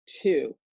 Two